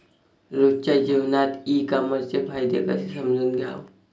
रोजच्या जीवनात ई कामर्सचे फायदे कसे समजून घ्याव?